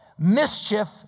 Mischief